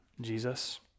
Jesus